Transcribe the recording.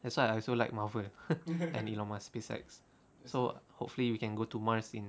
that's why I also like Marvel and elon musk besides so hopefully we can go to mars in